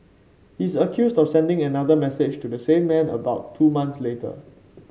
he is accused of sending another message to the same man about two months later